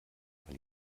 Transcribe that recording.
weil